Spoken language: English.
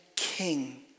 king